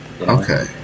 Okay